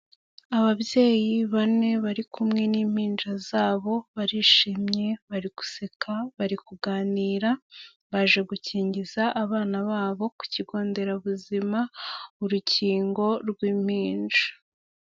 Ababyeyi bane bari kumwe n'impinja zabo barishimye, bari guseka, bari kuganira, baje gukingiza abana babo ku kigo nderabuzima urukingo rw'impinja.